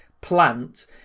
plant